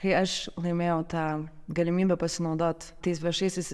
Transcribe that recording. kai aš laimėjau tą galimybę pasinaudot tais viešaisiais